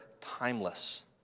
timeless